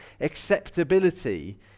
acceptability